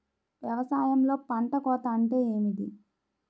వ్యవసాయంలో పంట కోత అంటే ఏమిటి?